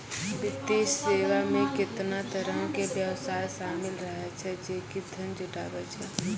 वित्तीय सेवा मे केतना तरहो के व्यवसाय शामिल रहै छै जे कि धन जुटाबै छै